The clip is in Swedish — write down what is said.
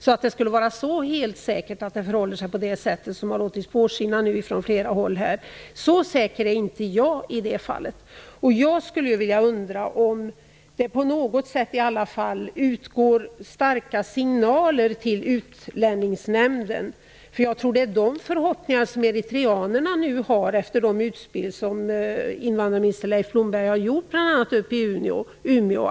Jag är inte så säker på att det förhåller sig på det sätt som man har låtit påskina från flera håll. Jag undrar om det på något sätt utgår starka signaler till Utlänningsnämnden. Jag tror att eritreanerna har förhoppningar om att det skall löna sig att komma in med en ny ansökan efter de utspel som invandrarminister Leif Blomberg har gjort, bl.a. uppe i Umeå.